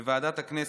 בוועדת הכנסת,